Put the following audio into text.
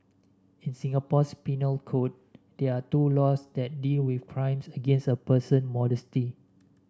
in Singapore's penal code there are two laws that deal with crimes against a person modesty